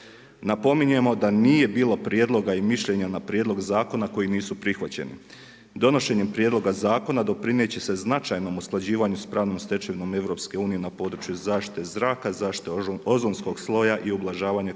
Napominjemo da nije bilo prijedloga i mišljenja na prijedlog zakona koji nisu prihvaćeni. Donošenjem prijedloga zakona doprinijet će se značajnom usklađivanju sa pravnom stečevinom EU na području zaštite zraka, zaštite ozonskog sloja i ublažavanje klimatskih